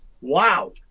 Wow